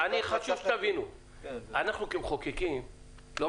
כמחוקקים וכמפקחים על עבודת הממשלה,